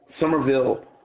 Somerville